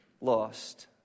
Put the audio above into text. lost